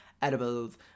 Edibles